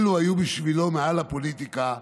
אלו היו בשבילו מעל הפוליטיקה.